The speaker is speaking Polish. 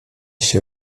się